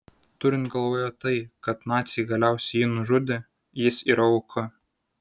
turint galvoje tai kad naciai galiausiai jį nužudė jis yra auka